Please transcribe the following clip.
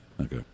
Okay